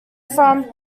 from